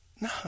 No